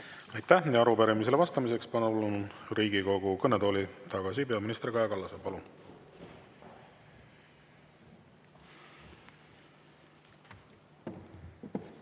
Aitäh! Arupärimisele vastamiseks palun Riigikogu kõnetooli tagasi peaminister Kaja Kallase. Palun!